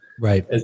Right